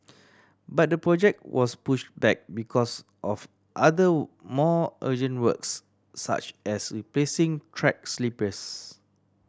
but the project was pushed back because of other more urgent works such as replacing track sleepers